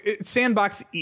sandbox